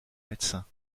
médecin